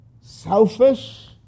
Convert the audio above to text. selfish